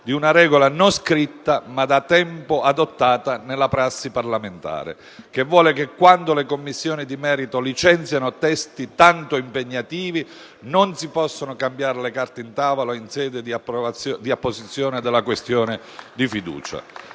di una regola non scritta, ma da tempo adottata nella prassi parlamentare, secondo la quale quando le Commissioni di merito licenziano testi tanto impegnativi non si possono cambiare le carte in tavola in sede di apposizione della questione di fiducia.